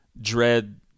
dread